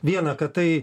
viena kad tai